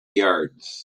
yards